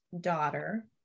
daughter